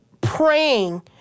praying